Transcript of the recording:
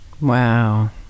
Wow